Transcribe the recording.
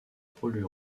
pôle